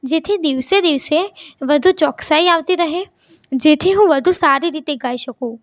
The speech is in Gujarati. જેથી દિવસે દિવસે વધુ ચોક્સાઈ આવતી રહે જેથી હું વધુ સારી રીતે ગાઈ શકું